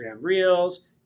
Reels